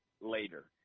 later